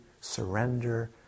surrender